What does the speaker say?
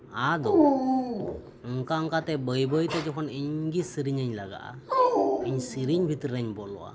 ᱟᱫᱚ ᱚᱱᱠᱟ ᱚᱱᱠᱟ ᱛᱮ ᱵᱟᱹᱭ ᱵᱟᱹᱭᱛᱮ ᱡᱚᱠᱷᱳᱱ ᱤᱧᱜᱮ ᱥᱮᱨᱮᱧ ᱤᱧ ᱞᱟᱜᱟᱜᱼᱟ ᱤᱧ ᱥᱮᱨᱮᱧ ᱵᱷᱤᱛᱨᱤ ᱨᱮᱧ ᱵᱚᱞᱚᱜᱼᱟ